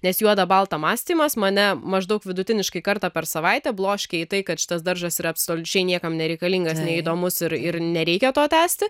nes juod balta mąstymas mane maždaug vidutiniškai kartą per savaitę bloškia į tai kad šitas daržas yra absoliučiai niekam nereikalingas neįdomus ir ir nereikia to tęsti